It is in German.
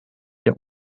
der